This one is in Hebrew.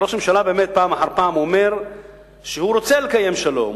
ראש הממשלה באמת פעם אחר פעם אומר שהוא רוצה לקיים שלום,